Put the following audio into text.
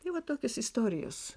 tai va tokios istorijos